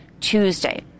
Tuesday